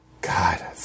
God